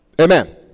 Amen